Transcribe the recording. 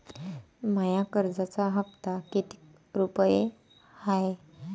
माया कर्जाचा हप्ता कितीक रुपये हाय?